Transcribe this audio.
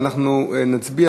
נצביע.